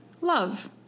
Love